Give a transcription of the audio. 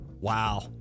Wow